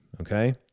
Okay